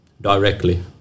directly